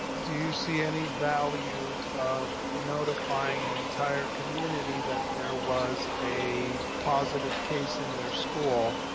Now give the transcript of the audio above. do you see any value of notifying an entire community that there was a positive case in their school